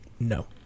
No